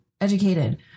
educated